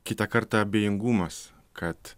kitą kartą abejingumas kad